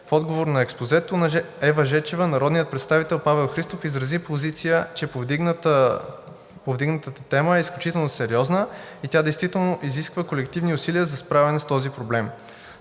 В отговор на експозето на Ева Жечева народният представител Павел Христов изрази позиция, че повдигнатата тема е изключително сериозна и тя действително изисква колективни усилия за справяне с този проблем,